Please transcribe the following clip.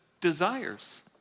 desires